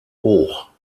hoch